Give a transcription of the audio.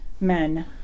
men